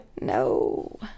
No